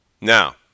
Now